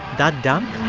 that dunk?